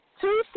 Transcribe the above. two